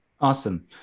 Awesome